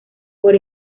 por